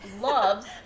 loves